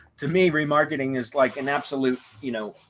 to me, remarketing is like an absolute, you know,